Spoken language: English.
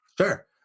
Sure